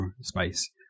space